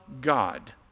God